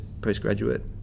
postgraduate